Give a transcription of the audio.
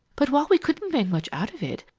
but while we couldn't make much out of it,